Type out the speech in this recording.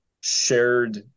shared